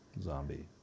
zombie